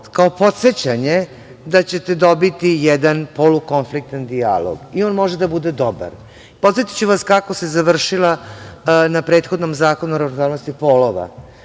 kao podsećanje da ćete dobiti jedan polukonfliktan dijalog i on može da bude dobar. Podsetiću vas kako se završila na prethodnom Zakonu o ravnopravnosti polova,